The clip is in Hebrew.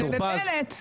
זה מבנט...